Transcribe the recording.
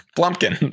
Plumpkin